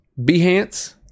Behance